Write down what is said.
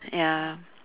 ya